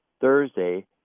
Thursday